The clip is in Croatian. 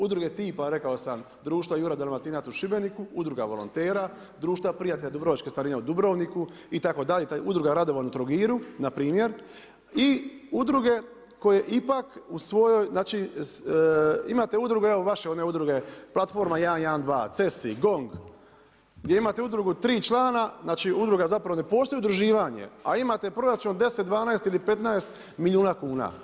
Udruga tipa, rekao sam, društva Juraj Dalmatinac u Šibeniku, udruga volontera, Društva prijatelja Dubrovačke starine u Dubrovniku, itd., udruga Radovan u Trogiru, npr. i udruge koje ipak u svojoj, znači, imate udruge evo vaše one udruge Platforma 112, Cesi, GONG, gdje imate udrugu 3 člana, znači udruga zapravo ne postoji udruživanje, a imate proračun od 10, 12 ili 15 milijuna kuna.